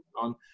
on